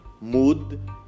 Mood